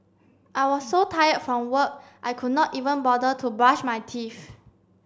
I was so tired from work I could not even bother to brush my teeth